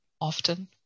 often